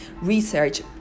research